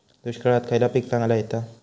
दुष्काळात खयला पीक चांगला येता?